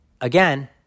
Again